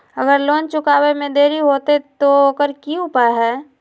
अगर लोन चुकावे में देरी होते तो ओकर की उपाय है?